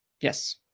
Yes